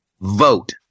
Vote